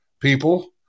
people